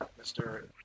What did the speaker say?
Mr